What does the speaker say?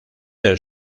del